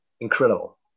incredible